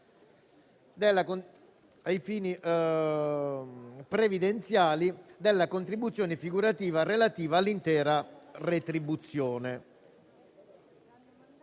ai fini previdenziali, della contribuzione figurativa relativa all'intera retribuzione.